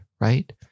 right